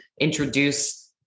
introduce